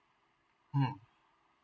mm